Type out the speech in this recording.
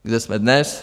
Kde jsme dnes?